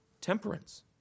temperance